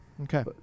Okay